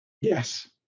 Yes